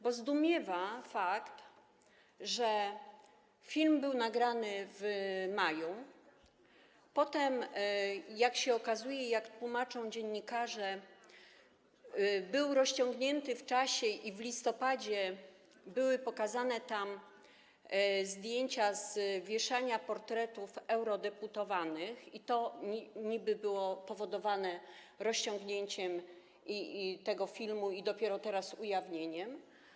Bo zdumiewa fakt, że film był nagrany w maju, a potem, jak się okazuje i jak tłumaczą dziennikarze, był rozciągnięty w czasie i w listopadzie były pokazane tam zdjęcia z wieszania portretów eurodeputowanych, i to niby było powodowane rozciągnięciem tego filmu i dopiero teraz ujawnieniem.